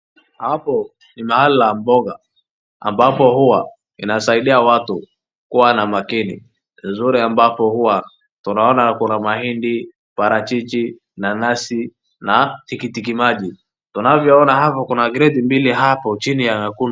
Hapo ni mahali la boga ambapo huwa inasaidia watu kuwa na makini. Uzuri ambapo huwa tunaona kuna mahindi parachichi, nanasi na tikitiki maji tunavyo ona hapo kuna kreti mbili chini ya[.]